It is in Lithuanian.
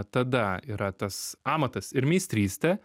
tada yra tas amatas ir meistrystė